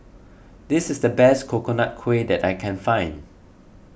this is the best Coconut Kuih that I can find